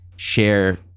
share